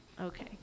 okay